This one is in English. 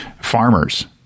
farmers